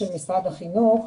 במשרד החינוך.